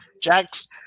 Jax